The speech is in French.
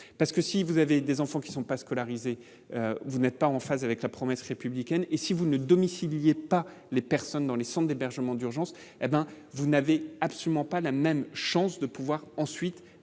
parce que si vous avez des enfants qui ne sont pas scolarisés, vous n'êtes pas en phase avec la promesse républicaine et si vous ne domicilié pas les personnes dans les Centres d'hébergement d'urgence, hé ben vous n'avez absolument pas la même chance de pouvoir ensuite